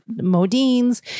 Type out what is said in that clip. Modine's